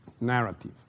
narrative